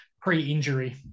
pre-injury